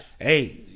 Hey